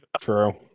True